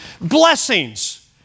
Blessings